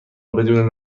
بدون